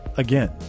Again